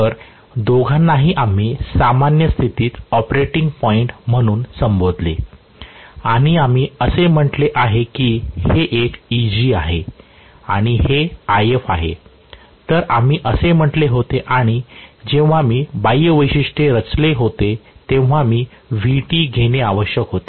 तर दोघांनाही आम्ही सामान्य स्थितीत ऑपरेटिंग पॉईंट म्हणून संबोधले आणि आम्ही असे म्हटले आहे की हे एक Eg आहे आणि हे If आहे तर आम्ही असे म्हटले होते आणि जेव्हा मी बाह्य वैशिष्ट्य रचले होते तेव्हा मी Vt घेणे आवश्यक होते